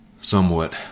somewhat